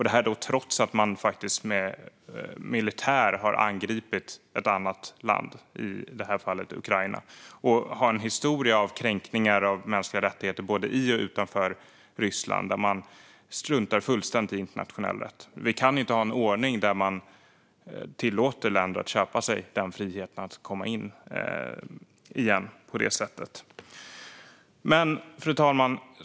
Det sker trots att man med militär har angripit ett annat land, i det här fallet Ukraina, och har en historia av kränkningar av mänskliga rättigheter både i och utanför Ryssland där man fullständigt struntar i internationell rätt. Vi kan inte ha en ordning där man tillåter länder att köpa sig den friheten att komma in i Europarådet igen på det sättet. Fru talman!